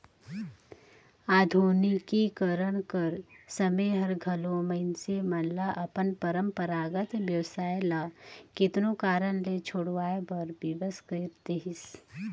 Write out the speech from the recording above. आधुनिकीकरन कर समें हर घलो मइनसे मन ल अपन परंपरागत बेवसाय ल केतनो कारन ले छोंड़वाए बर बिबस कइर देहिस